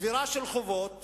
צבירה של חובות